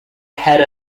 head